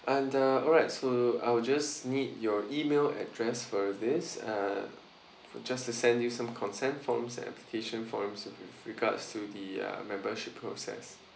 and uh alright so I will just need your email address for this uh just to send you some consent forms and application forms with regards to the uh membership process